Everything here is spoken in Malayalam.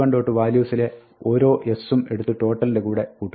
values ലെ ഓരോ s ഉം എടുത്ത് total ന്റെ കൂടെ കൂട്ടുക